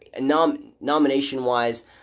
nomination-wise